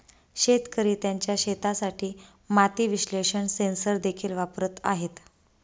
शेतकरी त्यांच्या शेतासाठी माती विश्लेषण सेन्सर देखील वापरत आहेत